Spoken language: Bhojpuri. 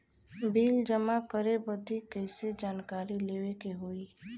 बिल जमा करे बदी कैसे जानकारी लेवे के होई?